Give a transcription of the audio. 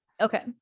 Okay